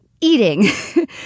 eating